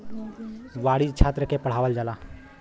वाणिज्य छात्र के पढ़ावल जाला